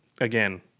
again